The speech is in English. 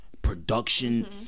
Production